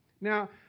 Now